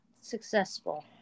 successful